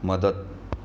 मदत